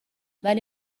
ولی